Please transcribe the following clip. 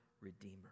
Redeemer